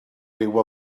ryw